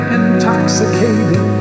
intoxicated